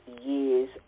years